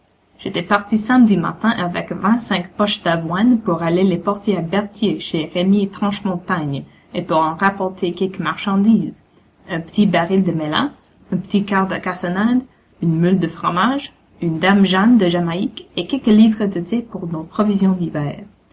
j'étais parti samedi matin avec vingt-cinq poches d'avoine pour aller les porter à berthier chez rémi tranchemontagne et pour en rapporter quelques marchandises un p'tit baril de mélasse un p'tit quart de cassonade une meule de fromage une dame jeanne de jamaïque et quelques livres de thé pour nos provisions d'hiver